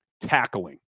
tackling